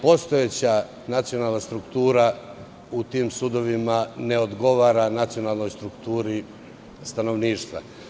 Postojeća nacionalna struktura u tim sudovima ne odgovara nacionalnoj strukturi stanovništva.